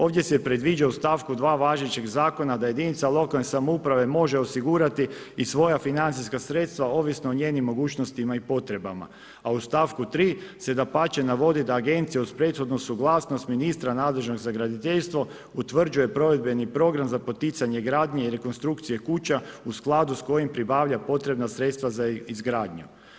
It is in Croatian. Ovdje se predviđa u stavku 2. važećeg zakona da jedinica lokalne samouprave može osigurati i svoja financijska sredstva ovisno o njenim mogućnostima i potrebama a u stavku 3. se dapače navodi da agencije uz prethodnu suglasnost ministra nadležnog za graditeljstvo utvrđuje provedbeni program za poticanje granje i rekonstrukcije kuća u skladu s kojim pribavlja potrebna sredstva za izgradnju.